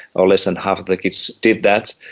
or less than half of the kids, did that,